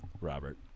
Robert